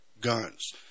guns